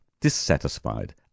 dissatisfied